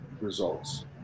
results